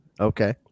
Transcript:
Okay